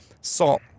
salt